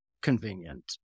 convenient